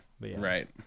Right